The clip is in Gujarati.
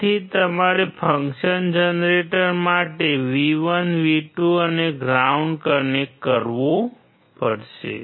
તેથી તમારે ફંક્શન જનરેટર સાથે V1 V2 અને ગ્રાઉન્ડને કનેક્ટ કરવું પડશે